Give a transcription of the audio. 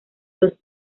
dos